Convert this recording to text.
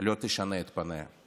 לא תשנה את פניה.